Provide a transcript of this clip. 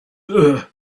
your